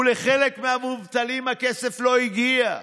ולחלק מהמובטלים הכסף לא הגיע.